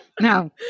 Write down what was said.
no